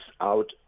out